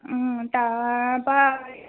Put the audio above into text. তাৰপৰা